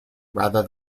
rather